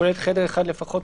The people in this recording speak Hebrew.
- וכוללת חדר אחד לפחות,